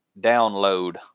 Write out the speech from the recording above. download